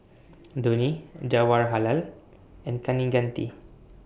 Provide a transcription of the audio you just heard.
Dhoni Jawaharlal and Kaneganti